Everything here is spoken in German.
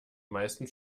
meisten